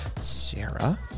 Sarah